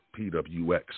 PWX